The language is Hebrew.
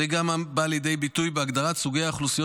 זה גם בא לידי ביטוי בהגדרת סוגי האוכלוסיות